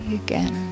again